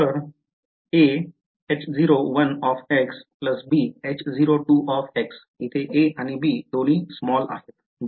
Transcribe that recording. तर हे असे बरोबर